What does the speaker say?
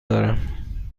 دارم